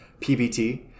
pbt